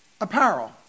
apparel